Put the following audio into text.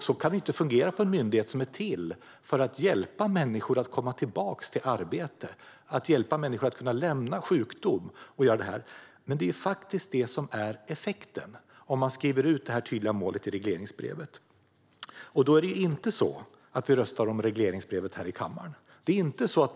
Så kan det inte fungera på en myndighet som är till för att hjälpa människor att lämna sjukdom och komma tillbaka till arbete. Men det är faktiskt detta som blir effekten om man skriver ut detta tydliga mål i regleringsbrevet. Det är inte så att vi röstar om regleringsbrevet här i kammaren.